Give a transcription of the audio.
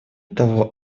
того